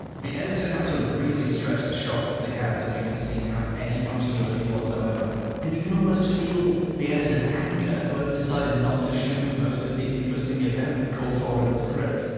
the editor had to really stretch the shots they had to make the scene have any continuity whatsoever and you can almost feel the editor's anger at whoever decided not to shoot most of the interesting events called for in the script.